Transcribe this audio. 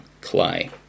Clay